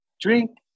Drink